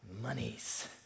Monies